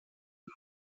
und